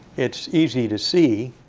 it's easy to see